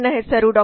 ನನ್ನ ಹೆಸರು ಡಾ